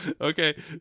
Okay